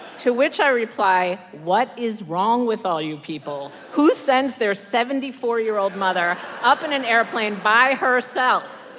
to which i reply, what is wrong with all you people? who sends their seventy four year old mother up in an airplane by herself?